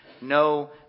no